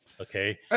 Okay